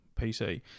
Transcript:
PC